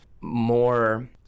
more